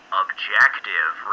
objective